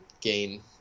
gain